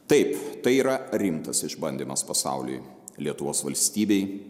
taip tai yra rimtas išbandymas pasauliui lietuvos valstybei